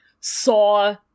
saw